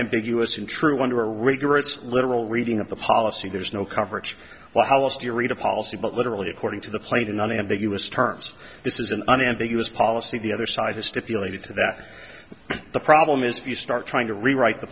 ambiguous and true under rigorous literal reading of the policy there's no coverage well how else do you read a policy but literally according to the plate in unambiguous terms this is an unambiguous policy the other side has stipulated to that the problem is if you start trying to rewrite the